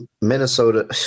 Minnesota